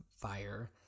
fire